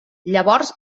llavors